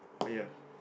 ya